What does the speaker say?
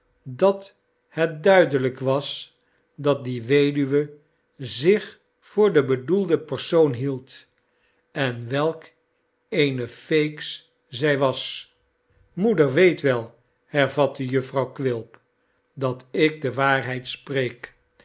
dat het duideljjk was dat die weduwe zich voor de bedoelde persoon hield en welk eene feeks zij was moeder weet wel hervatte jufvrouw quilp dat ik de waarheid spreek